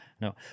No